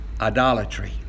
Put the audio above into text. idolatry